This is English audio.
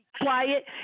Quiet